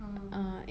oh